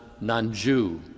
non-Jew